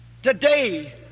Today